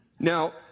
Now